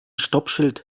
stoppschild